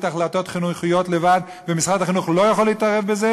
החלטות חינוכיות לבד ומשרד החינוך לא יכול להתערב בזה.